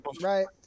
right